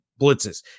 blitzes